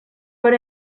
per